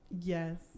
Yes